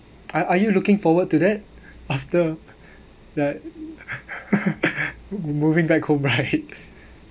are are you looking forward to that after that moving back home right